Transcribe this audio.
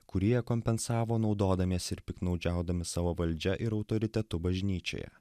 kurie kompensavo naudodamiesi ir piktnaudžiaudami savo valdžia ir autoritetu bažnyčioje